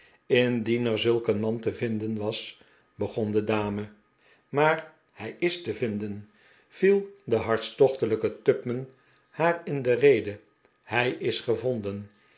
er zulk een man te vinden was begon de dame maar hij is te vinden viel de hartstochtelijke tupman haar in de rede hij is gevonden